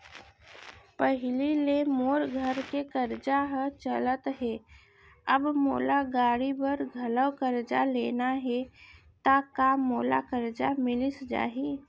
पहिली ले मोर घर के करजा ह चलत हे, अब मोला गाड़ी बर घलव करजा लेना हे ता का मोला करजा मिलिस जाही?